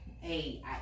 hey